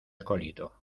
acólito